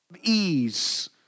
ease